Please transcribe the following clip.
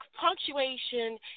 punctuation